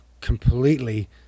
completely